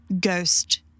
ghost